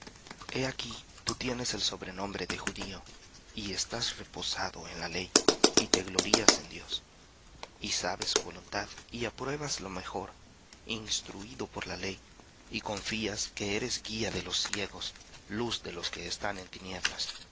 he aquí tú tienes el sobrenombre de judío y estás reposado en la ley y te glorías en dios y sabes su voluntad y apruebas lo mejor instruído por la ley y confías que eres guía de los ciegos luz de los que están en tinieblas